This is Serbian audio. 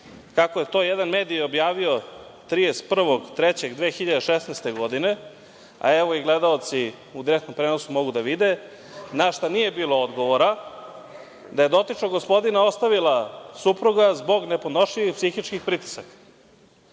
kako je to jedan medij objavio 31. marta 2016. godine, a evo i gledaoci u direktnom prenosu mogu da vide, na šta nije bilo odgovora, da je dotičnog gospodina ostavila supruga zbog nepodnošljivih psihičkih pritisaka?